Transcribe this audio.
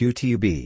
Qtb